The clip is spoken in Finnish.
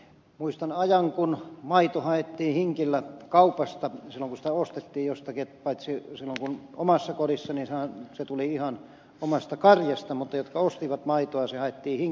muistan ajan kun maito haettiin hinkillä kaupasta silloin kun sitä ostettiin jostakin paitsi silloin kun omassa kodissa se tuli ihan omasta karjasta mutta jotka ostivat maitoa hakivat sen hinkillä kaupasta